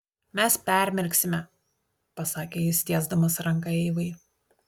mes permirksime pasakė jis tiesdamas ranką eivai